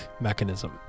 mechanism